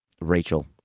Rachel